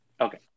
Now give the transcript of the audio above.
Okay